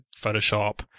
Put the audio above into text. Photoshop